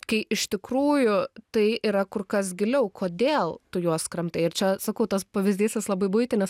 kai iš tikrųjų tai yra kur kas giliau kodėl tu juos kramtai ir čia sakau tas pavyzdys jis labai buitinis